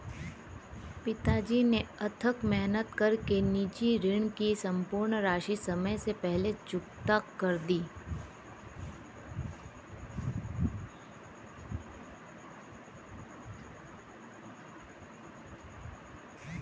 पिताजी ने अथक मेहनत कर के निजी ऋण की सम्पूर्ण राशि समय से पहले चुकता कर दी